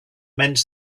meant